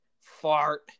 fart